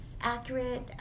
accurate